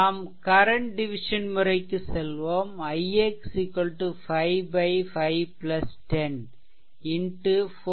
நாம் current division முறைக்கு செல்வோம் ix 5 510 4 0